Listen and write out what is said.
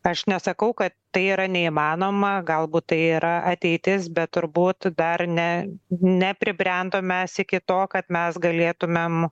aš nesakau kad tai yra neįmanoma galbūt tai yra ateitis bet turbūt dar ne nepribrendom mes iki to kad mes galėtumėm